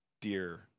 dear